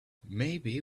maybe